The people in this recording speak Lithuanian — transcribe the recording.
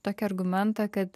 tokį argumentą kad